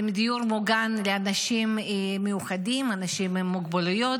זה דיור מוגן לאנשים מיוחדים, אנשים עם מוגבלויות,